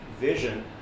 vision